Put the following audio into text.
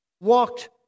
walked